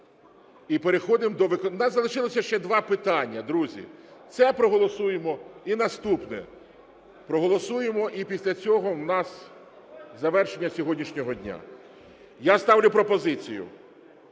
і переходимо до… В нас залишилося ще два питання, друзі. Це проголосуємо і наступне. Проголосуємо і після цього в нас завершення сьогоднішнього дня. Я ставлю пропозицію